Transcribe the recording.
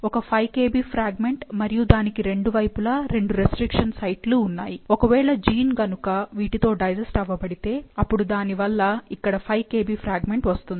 ఒక 5 Kb fragment మరియు దానికి రెండు వైపులా రెండు రెస్ట్రిక్షన్ సైట్లు ఉన్నాయి ఒకవేళ జీన్ గనుక వీటితో డైజెస్ట్ అవ్వబడితే అపుడు దాని వల్ల ఇక్కడ 5 Kb ఫ్రాగ్మెంట్ వస్తుంది